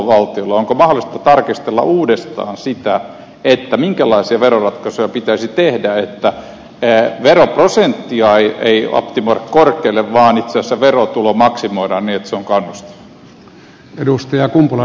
onko mahdollista tarkistella uudestaan sitä minkälaisia veroratkaisuja pitäisi tehdä että veroprosenttia ei optimoida korkealle vaan itse asiassa verotulo maksimoidaan niin että se on kannustava